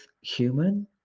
human